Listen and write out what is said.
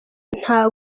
nta